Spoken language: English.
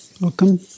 Welcome